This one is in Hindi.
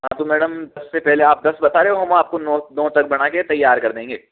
हां तो मैडम दस से पहले आप दस बता रहे हो हम आपको नौ नौ तक बना कर तैयार कर देंगे